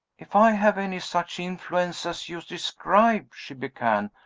if i have any such influence as you describe, she began,